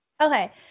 Okay